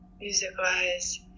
Music-wise